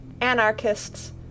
anarchists